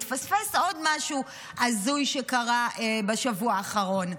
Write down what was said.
מתפספס עוד משהו הזוי שקרה בשבוע האחרון.